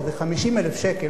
כשזה 50,000 שקל,